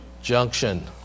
Junction